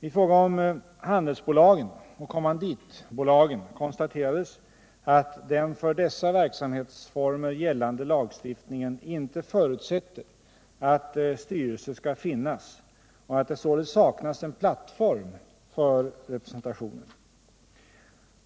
I fråga om handelsbolagen och kommanditbolagen konstaterades att den för dessa verksamhetsformer gällande lagstiftningen inte förutsätter 35 Ssentationen för anställda att styrelse skall finnas och att det således saknas en plattform för representationen.